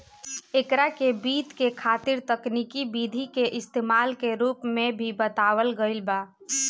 एकरा के वित्त के खातिर तकनिकी विधि के इस्तमाल के रूप में भी बतावल गईल बा